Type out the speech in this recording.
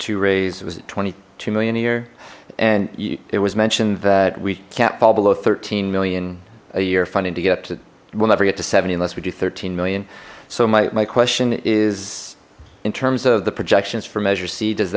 to raise was a twenty two million a year and it was mentioned that we can't fall below thirteen million a year funding to get will never get to seventy unless we do thirteen million so my question is in terms of the projections for measure c does